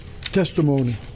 testimony